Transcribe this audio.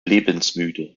lebensmüde